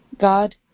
God